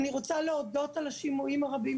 אני רוצה להודות על השימועים הרבים